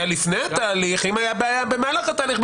לפני התהליך אם הייתה בעיה במהלך התהליך,